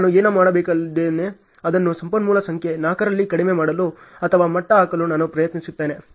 ಆದ್ದರಿಂದ ನಾನು ಏನು ಮಾಡಲಿದ್ದೇನೆ ಅದನ್ನು ಸಂಪನ್ಮೂಲ ಸಂಖ್ಯೆ 4 ರಲ್ಲಿ ಕಡಿಮೆ ಮಾಡಲು ಅಥವಾ ಮಟ್ಟ ಹಾಕಲು ನಾನು ಪ್ರಯತ್ನಿಸುತ್ತೇನೆ